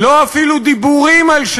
כבר